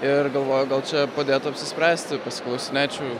ir galvoju gal čia padėtų apsispręsti pasiklausinėčiau